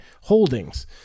holdings